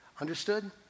Understood